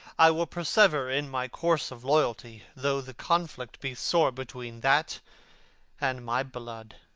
i will persever in my course of loyalty, though the conflict be sore between that and my blood.